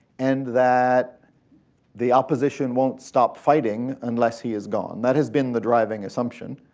and that the opposition wont stop fighting unless he is gone. that has been the driving assumption.